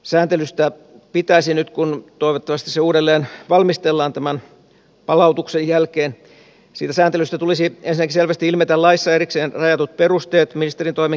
sääntelystä pitäisi nyt kun toivottavasti se valmistellaan uudelleen tämän palautuksen jälkeen ensinnäkin selvästi ilmetä laissa erikseen rajatut perusteet ministerintoimen keskeyttämiselle